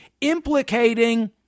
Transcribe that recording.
implicating